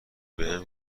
بهم